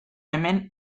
hemen